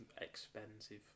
expensive